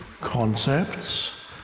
concepts